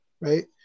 right